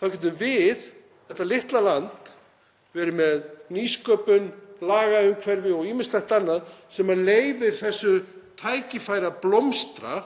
þá getum við, þetta litla land, verið með nýsköpun í lagaumhverfi og ýmislegt annað sem leyfir þessu tækifæri að blómstra